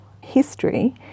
history